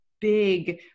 big